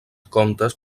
contes